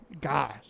God